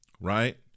right